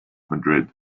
madrid